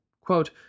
quote